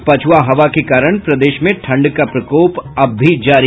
और पछुआ हवा के कारण प्रदेश में ठंड का प्रकोप अब भी जारी